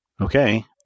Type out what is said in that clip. Okay